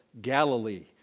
Galilee